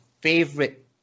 favorite